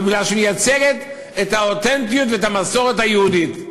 מכיוון שהיא מייצגת את האותנטיות ואת המסורת היהודית.